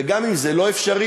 וגם אם זה לא אפשרי,